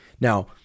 Now